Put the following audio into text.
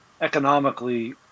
economically